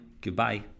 goodbye